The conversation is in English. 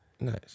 Nice